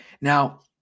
Now